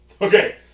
Okay